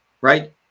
right